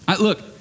Look